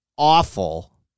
Awful